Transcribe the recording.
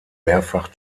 mehrfach